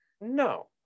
No